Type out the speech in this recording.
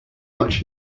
much